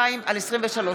פ/1382/23.